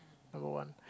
number one